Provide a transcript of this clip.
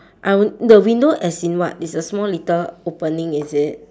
I w~ the window as in what it's a small little opening is it